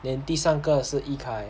then 第三个是 yikai